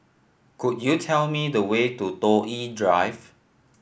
could you tell me the way to Toh Yi Drive